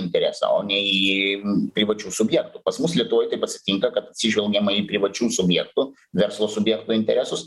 interesą o ne į privačių subjektų pas mus lietuvoj taip atsitinka kad atsižvelgiama į privačių subjektų verslo subjektų interesus